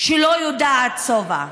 שלא יודעת שובע.